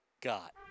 got